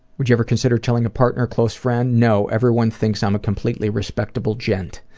would you ever consider telling a partner or close friend no, everyone thinks i'm a completely respectable gent.